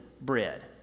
bread